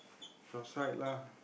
your side lah